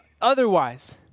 otherwise